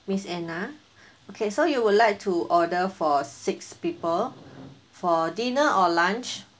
miss anna okay so you would like to order for six people for dinner or lunch